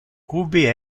ubi